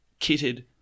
kitted